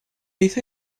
beth